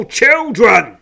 children